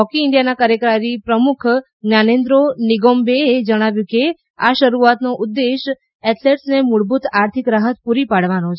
hockey ઈન્ડિયાના કાર્યકારી પ્રમુખ જ્ઞાનેન્દ્રી નિંગોમ્બેમે જણાવ્યું કે આ શરૂઆતનો ઉદ્દેશ એથ્લેટ્સને મૂળભૂત આર્થિક રાહત પૂરી પાડવાનો છે